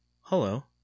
hello